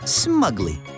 smugly